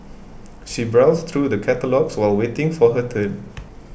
she browsed through the catalogues while waiting for her turn